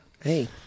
Hey